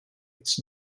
its